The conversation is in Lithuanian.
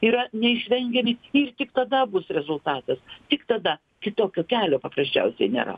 yra neišvengiami ir tada bus rezultatas tik tada kitokio kelio paprasčiausiai nėra